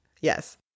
Yes